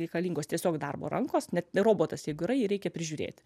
reikalingos tiesiog darbo rankos net ne robotas jeigu yra jį reikia prižiūrėti